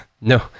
No